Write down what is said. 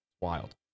Wild